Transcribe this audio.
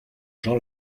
jean